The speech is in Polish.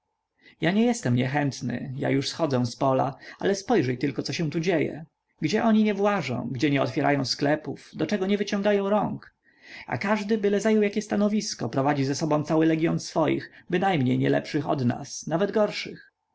ja nie jestem niechętny ja już schodzę z pola ale spojrzyj tylko co się tu dzieje gdzie oni nie włażą gdzie nie otwierają sklepów do czego nie wyciągają rąk a każdy byle zajął jakie stanowisko prowadzi za sobą cały legion swoich bynajmniej nielepszych od nas nawet gorszych